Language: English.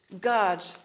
God